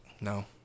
No